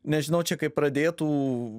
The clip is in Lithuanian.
nežinau čia kaip pradėtų